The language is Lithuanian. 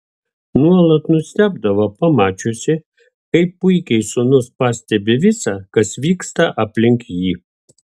nuolat nustebdavo pamačiusi kaip puikiai sūnus pastebi visa kas vyksta aplink jį